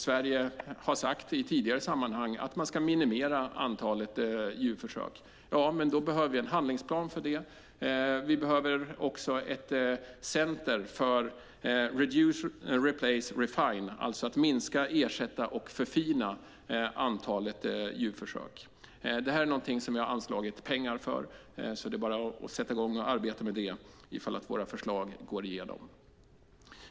Sverige har sagt i tidigare sammanhang att man ska minimera antalet djurförsök. Ja, men då behöver vi en handlingsplan för det. Vi behöver också ett center för att minska, ersätta och förfina - reduce, replace, refine - djurförsöken. Det här är någonting som vi har anslagit pengar till, så det är bara att sätta i gång och arbeta med det om våra förslag går igenom.